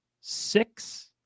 six